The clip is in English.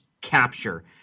capture